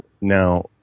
Now